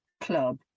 club